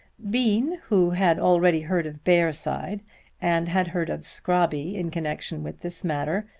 bean, who had already heard of bearside and had heard of scrobby in connection with this matter,